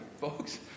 folks